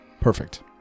Perfect